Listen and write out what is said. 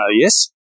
yes